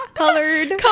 Colored